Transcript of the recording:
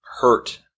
hurt